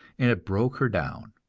and it broke her down.